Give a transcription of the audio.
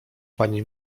pani